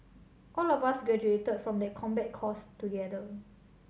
all of us graduated from that combat course together